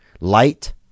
Light